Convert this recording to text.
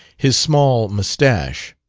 his small moustache.